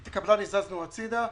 את הקבלן הזזנו הצידה.